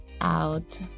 out